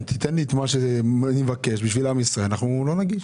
אם תיתן לי את מה שאני מבקש בשביל עם ישראל אנחנו לא נגיש.